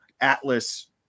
Atlas